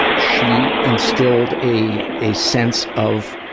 ah she instilled a, a sense of,